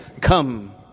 Come